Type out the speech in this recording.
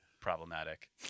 problematic